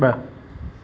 ब॒